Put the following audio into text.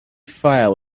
file